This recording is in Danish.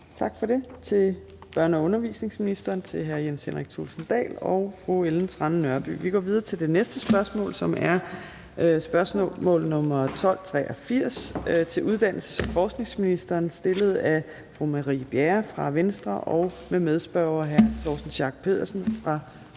Tak for det til børne- og undervisningsministeren og til hr. Jens Henrik Thulesen Dahl og fru Ellen Trane Nørby. Vi går videre til det næste spørgsmål, som er spørgsmål nr. 1283, til uddannelses- og forskningsministeren stillet af fru Marie Bjerre fra Venstre og med hr. Torsten Schack Pedersen, også